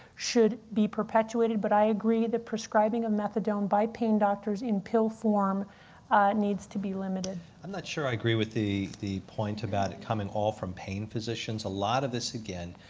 should be perpetuated. but i agree that prescribing of methadone by pain doctors in pill form needs to be limited. i'm not sure i agree with the the point about it coming all from pain physicians. a lot of this, again,